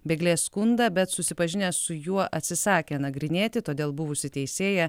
bėglės skundą bet susipažinęs su juo atsisakė nagrinėti todėl buvusi teisėja